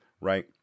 right